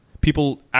People